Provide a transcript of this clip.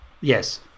Yes